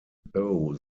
though